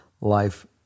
life